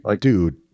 dude